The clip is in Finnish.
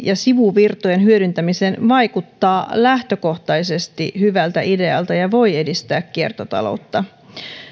ja sivuvirtojen hyödyntämiseen vaikuttaa lähtökohtaisesti hyvältä idealta ja voi edistää kiertotaloutta